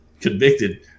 convicted